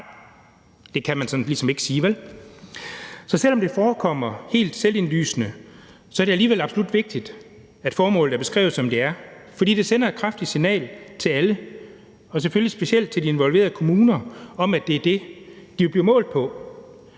det kan man ligesom ikke sige, vel? Så selv om det forekommer helt selvindlysende, er det alligevel absolut vigtigt, at formålet er beskrevet, som det er, for det sender et kraftigt signal til alle, og selvfølgelig specielt til de involverede kommuner, om, at det er det, de bliver målt på.